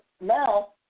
now